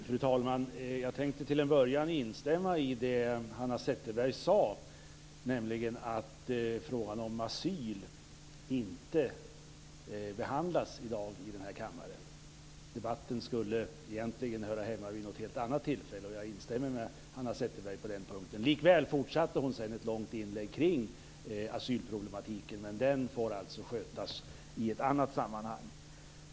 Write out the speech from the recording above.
Fru talman! Jag tänkte till en början instämma i det som Hanna Zetterberg sade, nämligen att frågan om asyl inte behandlas i dag i den här kammaren. Den debatten skulle egentligen höra hemma vid ett helt annat tillfälle. Jag instämmer med Hanna Zetterberg på den punkten. Likväl fortsatte hon sedan med ett långt inlägg omkring asylproblematiken. Men den får alltså skötas i ett annat sammanhang.